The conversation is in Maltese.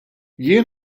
jien